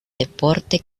deporte